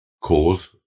cause